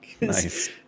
Nice